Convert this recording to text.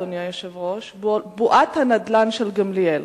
אדוני היושב-ראש: בועת הנדל"ן של גמליאל.